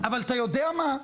אבל אתה יודע מה?